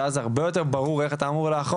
ואז הרבה יותר ברור איך לאכוף,